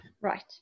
Right